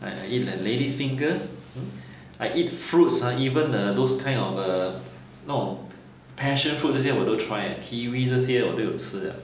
I eat the lady's fingers I eat fruits ha even uh those kind of err 那种 passion fruit 这些我都 try eh kiwi 这些我都有吃的